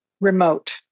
remote